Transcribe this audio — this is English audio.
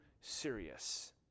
serious